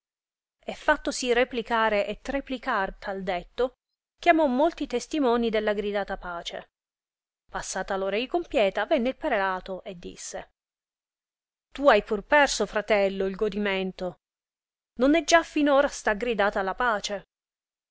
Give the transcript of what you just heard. e fattosi replicare e treplicar tal detto chiamò molti testimoni della gridata pace passata l ori con pieta venne il prelato e disse tu hai pur perso fratello il godimento non è già fin ora sta gridata la pace